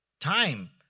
time